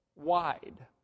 Wide